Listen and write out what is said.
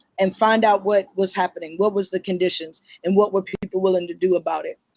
and find out what was happening. what was the conditions. and what were people willing to do about it.